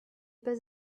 pas